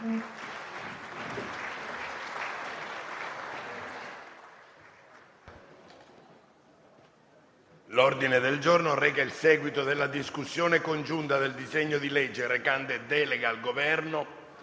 L'ordine del giorno reca il seguito della discussione congiunta del disegno di legge n. 1721 e dei